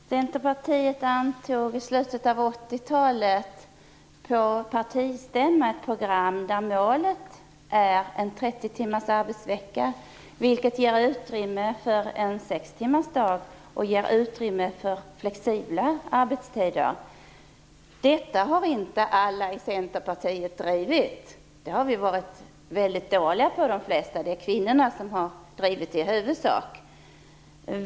Herr talman! Centerpartiet antog i slutet av 80 talet ett program på en partistämma enligt vilket målet är 30 timmars arbetsvecka. Det ger utrymme för en sextimmarsdag och för flexibla arbetstider. Detta har inte alla i Centerpartiet drivit, de flesta har varit väldigt dåliga på det. Det är i huvudsak kvinnorna som har drivit det.